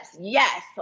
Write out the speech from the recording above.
Yes